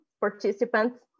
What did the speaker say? participants